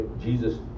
Jesus